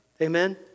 Amen